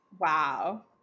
Wow